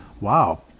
Wow